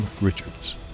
Richards